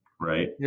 Right